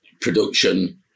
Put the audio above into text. production